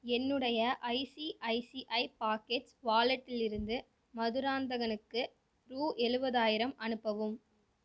என்னுடைய ICICI pockets வாலட்டிலிருந்து மதுராந்தகனுக்கு ரூபா எழுவதாயிரம் அனுப்பவும்